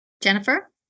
Jennifer